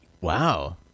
Wow